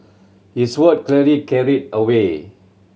his word clearly carried a weight